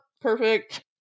Perfect